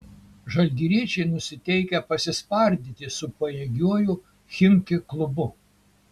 žalgiriečiai nusiteikę pasispardyti su pajėgiuoju chimki klubu